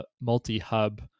multi-hub